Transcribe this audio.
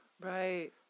Right